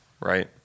Right